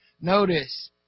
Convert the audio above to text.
Notice